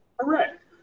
Correct